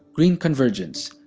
green convergence,